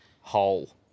hole